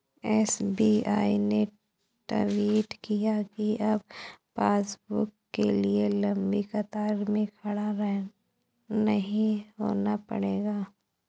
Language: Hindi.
एस.बी.आई ने ट्वीट किया कि अब पासबुक के लिए लंबी कतार में खड़ा नहीं होना पड़ेगा